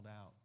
out